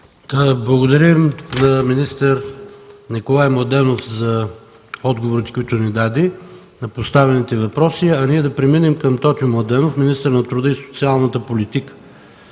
благодарим на министър Николай Младенов за отговорите, които ни даде на поставените въпроси. Преминаваме към Тотю Младенов – министър на труда и социалната политика.